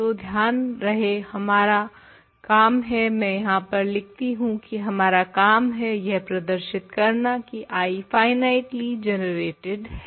तो ध्यान रहे हमारा काम है मैं यहाँ पर लिखती हूँ की हमारा काम है यह प्रदर्शित करना की I फाइनाइटली जनरेटेड है